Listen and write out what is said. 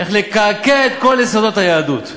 איך לקעקע את כל יסודות היהדות.